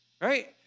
right